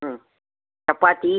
ம் சப்பாத்தி